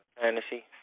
fantasy